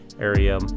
area